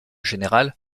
générale